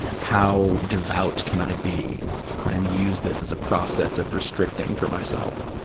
how devout can i be and use this as a process of restricting from myself?